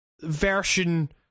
version